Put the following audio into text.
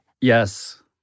Yes